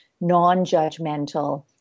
non-judgmental